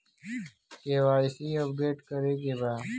KYC update करे के बा?